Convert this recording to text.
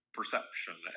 perception